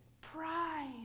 pride